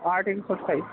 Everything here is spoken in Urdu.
آٹھ انچ فور فائیو